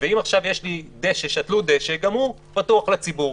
אם עכשיו שתלו דשא, גם הוא פתוח לציבור.